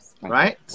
Right